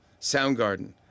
Soundgarden